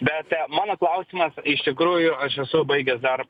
bet mano klausimas iš tikrųjų aš esu baigęs dar